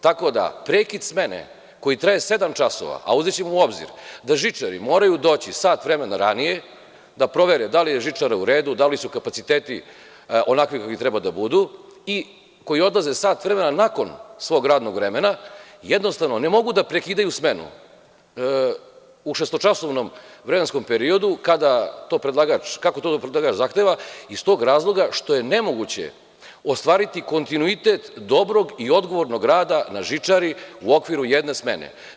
Tako da prekid smene koji traje sedam časova, a uzećemo u obzir da žičari moraju doći sat vremena ranije, da provere da li je žičara u redu, da li su kapaciteti onakvi kakvi treba da budu i koji odlaze sat vremena nakon svog radnog vremena, jednostavno ne mogu da prekidaju smenu u šestočasovnom vremenskom periodu kako to predlagač zahteva iz tog razloga što ne mogućeostvariti kontinuitet dobrog i odgovornog rada na žičari u okviru jedne smene.